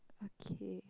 okay